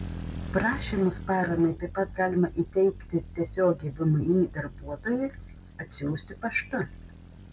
prašymus paramai taip pat galima įteikti tiesiogiai vmi darbuotojui atsiųsti paštu